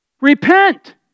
Repent